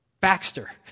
Baxter